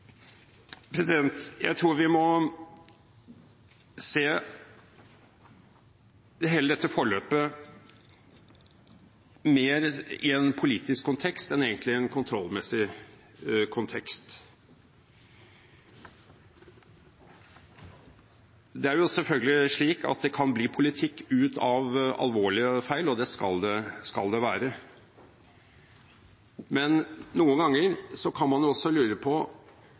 Jeg tror vi må se hele dette forløpet mer i en politisk kontekst enn egentlig i en kontrollmessig kontekst. Det er jo selvfølgelig slik at det kan bli politikk ut av alvorlige feil, og slik skal det være, men noen ganger kan man jo lure på